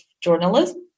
journalism